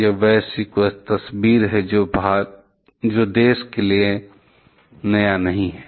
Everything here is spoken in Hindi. यह एक वैश्विक तस्वीर है जो देश के लिए नया नहीं है